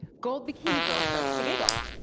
gold bikini girl starts to giggle,